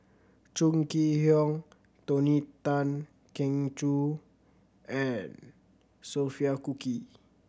Chong Kee Hiong Tony Tan Keng Joo and Sophia Cooke